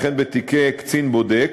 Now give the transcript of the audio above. וכן בתיקי קצין בודק,